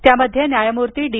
त्यामध्ये न्यायमूर्ती डी